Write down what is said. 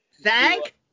Thank